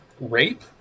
rape